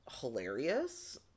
hilarious